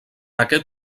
aquest